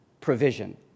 provision